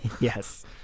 yes